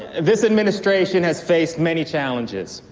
this administration has faced many challenges,